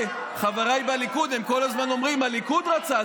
חבריי בליכוד, הם כל הזמן אומרים: הליכוד רצה.